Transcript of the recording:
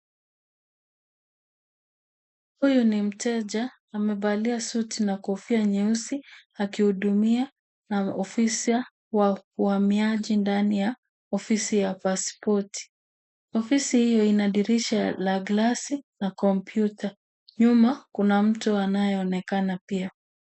Huyu ni mteja amevalia suti na kofia nyeusi akihudumia maofisa wa uhamiaji ndani ya ofisi ya pasipoti. Ofisi hiyo ina dirisha la glasi na kompyuta. Nyuma kuna mtu anayoonekana pia.